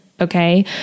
Okay